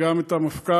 וגם את המפכ"ל